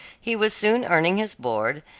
he was soon earning his board,